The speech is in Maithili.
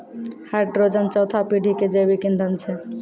हाइड्रोजन चौथा पीढ़ी के जैविक ईंधन छै